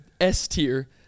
S-tier